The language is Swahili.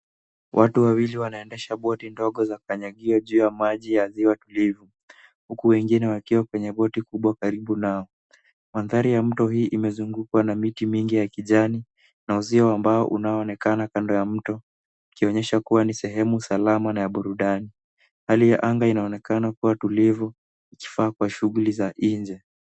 Watu wawili wanaendesha boti ndogo za kukanyagia juu ya maji ya ziwa tulivu. Huku wengine wakiwa kwenye boti kubwa karibu nao. Mandhari ya mto hii imezungukwa na miti mingi ya kijani na uzio wa mbao unaoonekana kando ya mto ukionyesha kuwa ni sehemu salama na ya burudani. Hali ya anga inaonekana kuwa tulivu, ikifaa kwa shughuli za nje.